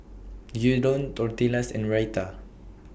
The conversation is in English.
Gyudon Tortillas and Raita